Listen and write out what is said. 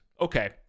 Okay